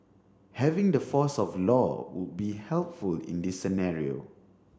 having the force of law would be helpful in this scenario